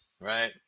right